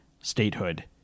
statehood